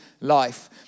life